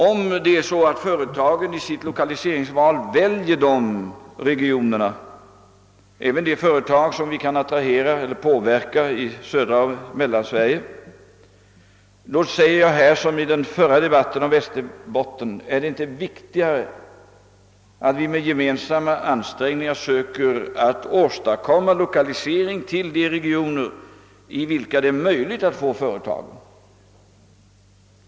Om företagen vid lokalisering väljer dessa regioner, även de företag i södra och mellersta Sverige som vi kan påverka, anser jag, som jag sade i debatten om Västerbotten, att det är viktigt att vi med gemensamma ansträngningar åstadkommer en omflyttning till de regioner där det är möjligt att 1okalisera företag.